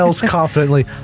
confidently